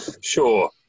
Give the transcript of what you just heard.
Sure